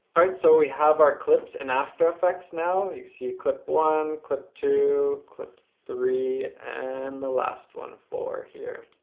alright, so we have our clips in after effects now. you can see clip one, clip two, clip three, and the last one, four, here.